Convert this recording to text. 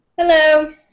Hello